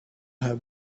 have